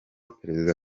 perezida